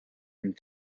and